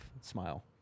Smile